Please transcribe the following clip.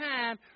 time